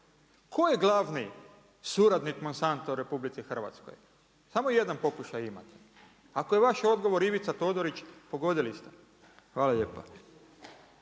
Tko je glavni suradnik Monsanta u RH? Samo jedan pokušaj imate. Ako je vaš odgovor Ivica Todorić, pogodili ste. Hvala lijepa.